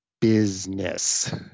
business